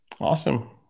Awesome